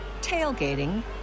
tailgating